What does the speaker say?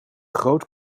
groot